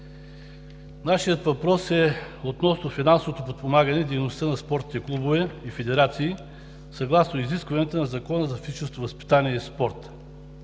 Нашият въпрос е относно финансовото подпомагане дейността на спортните клубове и федерации съгласно изискванията на Закона за физическото възпитание и спорта.